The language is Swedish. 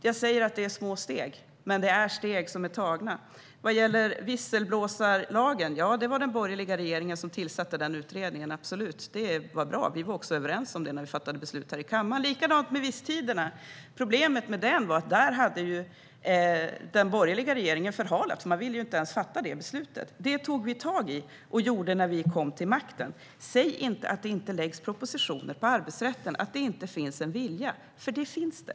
Jag säger att det är små steg, men det är steg som är tagna. Vad gäller visselblåsarlagen var det den borgerliga regeringen som tillsatte utredningen, absolut. Det var bra. Vi var också överens om det när vi fattade beslut här i kammaren. Likadant är det med visstiderna. Problemet med dem var att där hade den borgerliga regeringen förhalat. Den ville inte ens fatta det beslutet. Det tog vi tag i och gjorde när vi kom till makten. Säg inte att det inte läggs fram propositioner om arbetsrätten och att det inte finns en vilja, för det finns det.